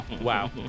Wow